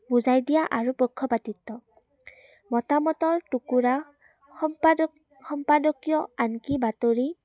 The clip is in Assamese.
বুজাই দিয়া আৰু পক্ষপাতিত্ব মতামতৰ টুকুৰা সম্পাদক সম্পাদকীয় আনকি বাতৰি